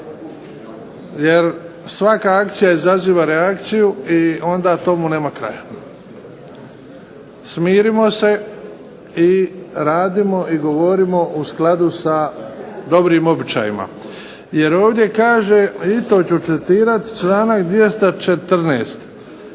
jer svaka akcija izaziva reakciju i onda tomu nema kraja. Smirimo se radimo i govorimo u skladu s dobrim običajima. Jer ovdje kaže, i to ću citirati, članak 214.